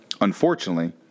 Unfortunately